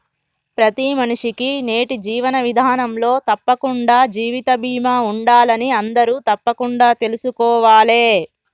ప్రతి మనిషికీ నేటి జీవన విధానంలో తప్పకుండా జీవిత బీమా ఉండాలని అందరూ తప్పకుండా తెల్సుకోవాలే